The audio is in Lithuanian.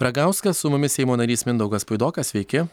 ragauskas su mumis seimo narys mindaugas puidokas sveiki